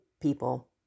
people